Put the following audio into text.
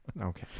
Okay